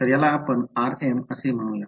तर याला आपण rm असे म्हणूया